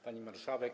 Pani Marszałek!